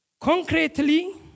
Concretely